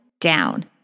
down